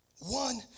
one